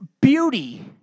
beauty